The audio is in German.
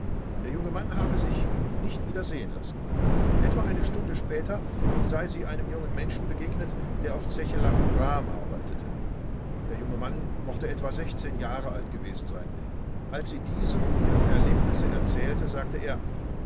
der junge mann habe sich nicht wieder sehen lassen etwa eine stunde später sei sie einem jungen menschen begegnet der auf zeche langenbrahm arbeitete der junge mann mochte etwa jahre alt gewesen sein als sie diesem ihre erlebnisse erzählte sagte er